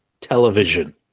television